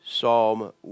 Psalm